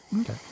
okay